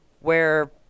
where-